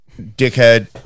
dickhead